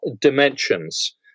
dimensions